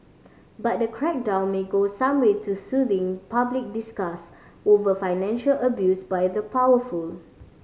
but the crackdown may go some way to soothing public disgust over financial abuse by the powerful